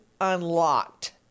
unlocked